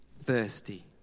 thirsty